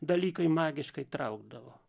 dalykai magiškai traukdavo